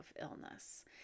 illness